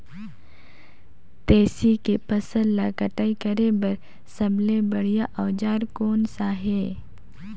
तेसी के फसल ला कटाई करे बार सबले बढ़िया औजार कोन सा हे?